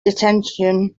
detention